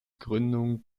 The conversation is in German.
gründung